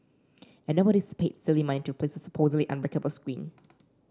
and nobody paid silly money to replace a supposedly unbreakable screen